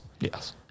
Yes